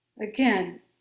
Again